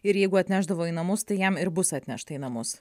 ir jeigu atnešdavo į namus tai jam ir bus atnešta į namus